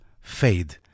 Fade